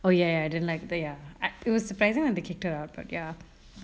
oh ya ya then like the ya it was surprising when they kicked her out but ya